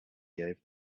gave